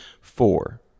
four